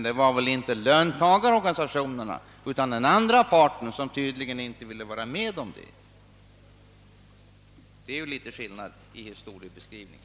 Det var inte löntagarorganisationerna utan den and ra parten som tydligen inte ville vara med om det. Då blir det ju litet skillnad i historieskrivningen.